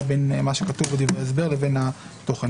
בין מה שכתוב בדברי ההסבר לבין התוכן.